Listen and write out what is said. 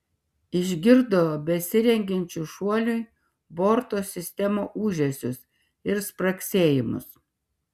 išgirdo besirengiančių šuoliui borto sistemų ūžesius ir spragsėjimus